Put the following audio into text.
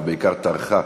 ובעיקר טרחה,